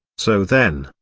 so then,